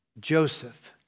Joseph